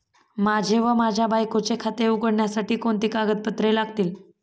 माझे व माझ्या बायकोचे खाते उघडण्यासाठी कोणती कागदपत्रे लागतील?